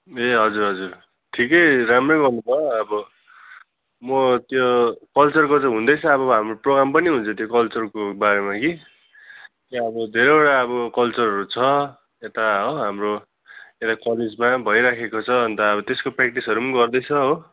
ए हजुर हजुर ठिकै राम्रै गर्नुभयो अब म त्यो कल्चरको चाहिँ हुँदैछ अब हाम्रो त्यो प्रेग्राम पनि हुन्छ कल्चरको बारेमा कि यहाँ ब धेरैवटा अब कल्चरहरू छ यता हो हाम्रो यता कलेजमा पनि भइराखेको छ अन्त अब त्यसको प्र्याक्टिसहरू पनि गर्दैछ हो